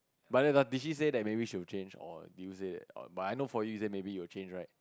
but then [huh] did she say that maybe she will change or did you say that I know for you you say maybe you will change right